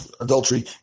Adultery